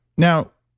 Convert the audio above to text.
now,